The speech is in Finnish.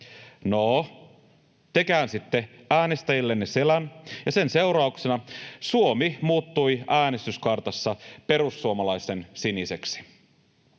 No, te käänsitte äänestäjillenne selän, ja sen seurauksena Suomi muuttui äänestyskartassa perussuomalaisten siniseksi.